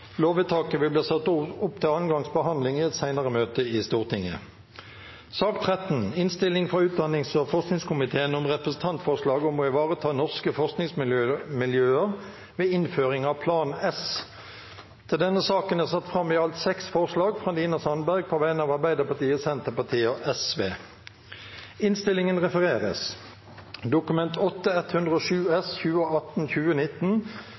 Lovvedtaket vil bli ført opp til andre gangs behandling i et senere møte i Stortinget. Under debatten er det satt fram i alt seks forslag. Det er forslagene nr. 1–6, fra Nina Sandberg på vegne av Arbeiderpartiet, Senterpartiet og